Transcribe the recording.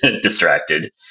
distracted